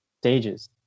stages